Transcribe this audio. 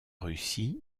russie